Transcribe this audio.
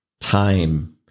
time